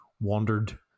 wandered